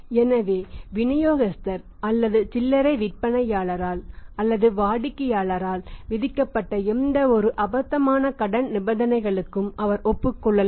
எனவே விநியோகஸ்தர் அல்லது சில்லறை விற்பனையாளரால் அல்லது வாடிக்கையாளரால் விதிக்கப்பட்ட எந்தவொரு அபத்தமான கடன் நிபந்தனைகளுக்கும் அவர் ஒப்புக் கொள்ளலாம்